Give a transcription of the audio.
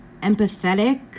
empathetic